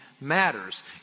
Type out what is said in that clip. matters